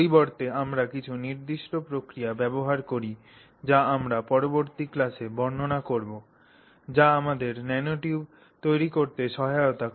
পরিবর্তে আমরা কিছু নির্দিষ্ট প্রক্রিয়া ব্যবহার করি যা আমরা পরবর্তী ক্লাসে বর্ণনা করব যা আমাদের ন্যানোটিউব তৈরি করতে সহায়তা করে